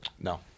No